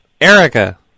Erica